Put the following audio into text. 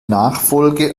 nachfolge